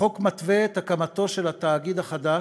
החוק מתווה את הקמתו של התאגיד החדש,